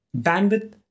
bandwidth